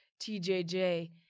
TJJ